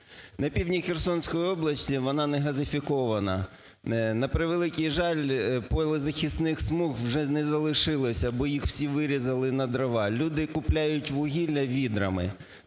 На півдні Херсонської області вона не газифікована, на превеликий жаль, полезахисних смуг вже не залишилося, бо їх всі вирізали на дрова, люди купляють вугілля відрами.